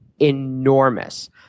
enormous